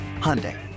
Hyundai